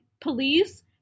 Police